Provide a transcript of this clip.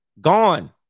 Gone